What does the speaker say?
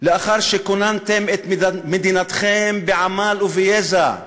לאחר שכוננתם את מדינתכם בעמל וביזע,